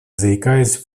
заикаясь